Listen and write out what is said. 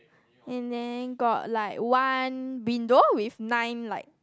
and then got like one window with nine like